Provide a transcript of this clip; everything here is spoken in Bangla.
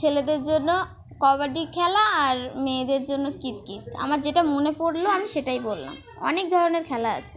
ছেলেদের জন্য কবাডি খেলা আর মেয়েদের জন্য কিতকিত আমার যেটা মনে পড়লো আমি সেটাই বললাম অনেক ধরনের খেলা আছে